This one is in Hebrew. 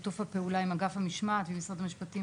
שיתוף הפעולה עם אגף המשמעת ועם משרד המשפטים